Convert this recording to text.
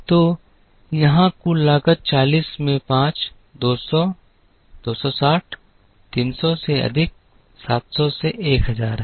तो यहां कुल लागत 40 में 5 200 260 300 से अधिक 700 से 1000 है